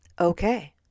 okay